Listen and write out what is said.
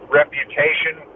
reputation